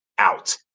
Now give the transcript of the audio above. out